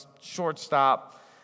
shortstop